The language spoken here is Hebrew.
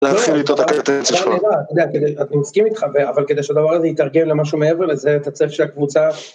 להתחיל איתו תקראתי את זה שבוע. אתה יודע, אני מסכים איתך, אבל כדי שהדבר הזה יתרגל למשהו מעבר לזה, אתה צריך שהקבוצה...